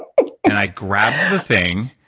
i and i grabbed the thing.